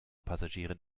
passagieren